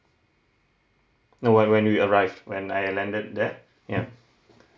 no when when we arrived when I landed there ya